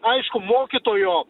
aišku mokytojo